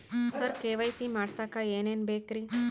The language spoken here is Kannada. ಸರ ಕೆ.ವೈ.ಸಿ ಮಾಡಸಕ್ಕ ಎನೆನ ಬೇಕ್ರಿ?